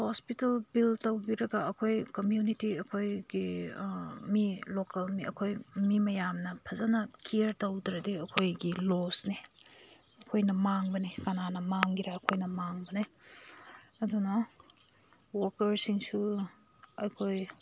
hospital bill ꯇꯧꯕꯤꯔꯒ ꯑꯩꯈꯣꯏ community ꯑꯩꯈꯣꯏꯒꯤ ꯃꯤ ꯂꯣꯀꯦꯜ ꯃꯤ ꯑꯩꯈꯣꯏ ꯃꯤ ꯃꯌꯥꯝꯅ ꯐꯖꯅ ꯀꯤꯌꯥꯔ ꯇꯧꯗ꯭ꯔꯗꯤ ꯑꯩꯈꯣꯏꯒꯤ ꯂꯣꯁꯅꯤ ꯑꯩꯈꯣꯏꯅ ꯃꯥꯡꯕꯅꯦ ꯀꯅꯥꯅ ꯃꯥꯡꯒꯦꯔ ꯑꯩꯈꯣꯏꯅ ꯃꯥꯡꯕꯅꯦ ꯑꯗꯨꯅ ꯋꯥꯀꯔꯁꯤꯡꯁꯨ ꯑꯩꯈꯣꯏ